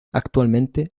actualmente